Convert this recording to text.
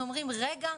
אנחנו אומרים 'רגע,